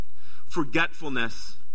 forgetfulness